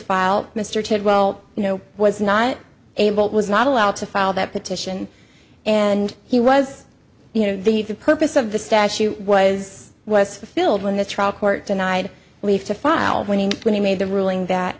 file mr ted well you know was not able was not allowed to file that petition and he was you know the purpose of the statute was was filled when the trial court denied leave to file when and when he made the ruling that